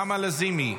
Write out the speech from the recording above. נעמה לזימי,